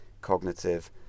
cognitive